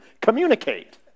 communicate